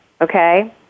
Okay